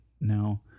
now